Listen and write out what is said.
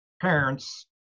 parents